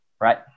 right